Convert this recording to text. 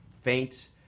faint